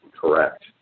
correct